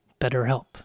BetterHelp